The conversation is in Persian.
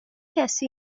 کسی